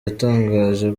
yatangaje